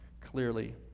clearly